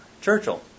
Churchill